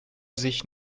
sich